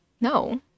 no